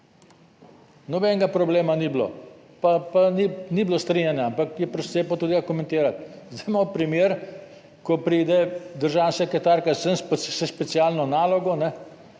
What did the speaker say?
Nobenega problema ni bilo, pa ni bilo strinjanja, ampak se je potrudila komentirati. Zdaj imamo primer, ko pride državna sekretarka sem s specialno nalogo,